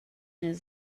his